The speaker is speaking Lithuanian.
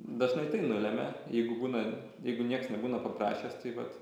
dažnai tai nulemia jeigu būna jeigu nieks nebūna paprašęs tai vat